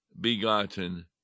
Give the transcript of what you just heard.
begotten